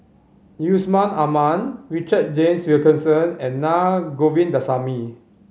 Yusman Aman Richard James Wilkinson and Naa Govindasamy